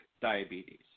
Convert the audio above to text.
diabetes